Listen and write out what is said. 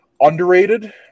Underrated